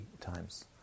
times